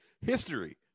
history